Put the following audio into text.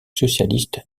socialiste